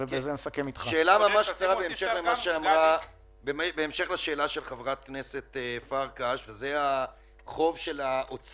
אדם מבין שאנחנו נקבל ממשרד האוצר חלק מהכספים שהועברו